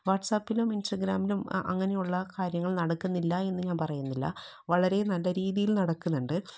വാട്ട്സപ്പിലും ഇൻസ്റ്റഗ്രാമിലും അ അങ്ങനെയുള്ള കാര്യങ്ങൾ നടക്കുന്നില്ല എന്ന് ഞാൻ പറയുന്നില്ല വളരെ നല്ല രീതിയിൽ നടക്കുന്നുണ്ട്